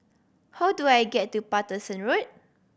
how do I get to Paterson Road